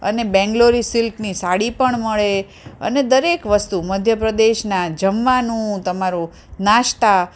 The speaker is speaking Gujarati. અને બેંગ્લોરી સિલ્કની સાડી પણ મળે અને દરેક વસ્તુ મધ્ય પ્રદેશનાં જમવાનું તમારો નાસ્તા